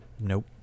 nope